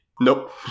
Nope